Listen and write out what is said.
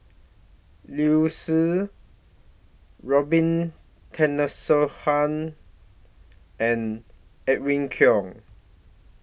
Liu Si Robin Tessensohn and Edwin Koek